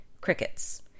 crickets